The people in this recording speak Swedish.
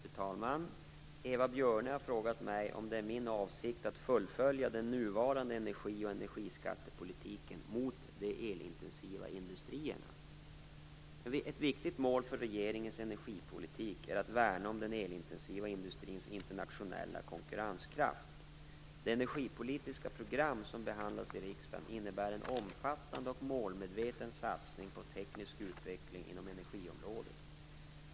Fru talman! Eva Björne har frågat mig om det är min avsikt att fullfölja den nuvarande energi och energiskattepolitiken mot de elintensiva industrierna. Ett viktigt mål för regeringens energipolitik är att värna om den elintensiva industrins internationella konkurrenskraft. De energipolitiska program som behandlas i riksdagen innebär en omfattande och målmedveten satsning på teknisk utveckling inom energiområdet.